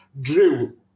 Drew